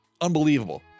unbelievable